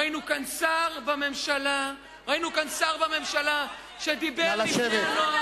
ראינו כאן שר בממשלה שדיבר בפני הנוער,